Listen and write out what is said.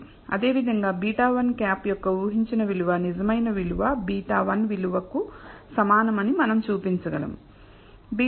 అదేవిధంగా β̂1 యొక్క ఊహించిన విలువ నిజమైన విలువ β1 విలువకు సమానమని మనం చూపించగలము